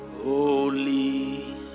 Holy